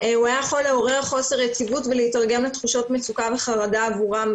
היה יכול לעורר חוסר יציבות ולהיתרגם לתחושות מצוקה וחרדה עבורם.